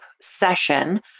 session